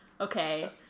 Okay